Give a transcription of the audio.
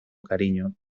cariño